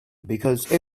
because